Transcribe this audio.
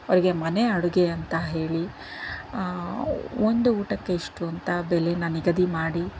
ಅವರಿಗೆ ಮನೆ ಅಡುಗೆ ಅಂತ ಹೇಳಿ ಒಂದು ಊಟಕ್ಕೆ ಇಷ್ಟು ಅಂತ ಬೆಲೆನ ನಿಗದಿ ಮಾಡಿ